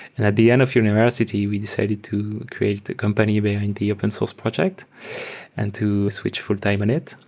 and at the end of university, we decided to create the company behind the open source project and to switch fulltime in it.